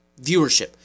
viewership